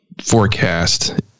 forecast